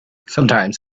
sometimes